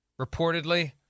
reportedly